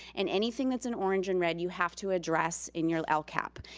and anything that's in orange and red, you have to address in your lcap.